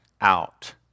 out